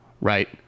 right